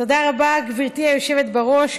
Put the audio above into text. תודה רבה, גברתי היושבת בראש.